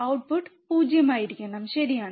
output 0 ആയിരിക്കണം ശരിയാണ്